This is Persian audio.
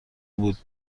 بود